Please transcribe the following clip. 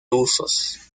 usos